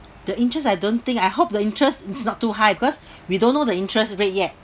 the interest I don't think I hope the interest is not too high because we don't know the interest rate yet